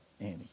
Annie